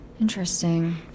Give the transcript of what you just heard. interesting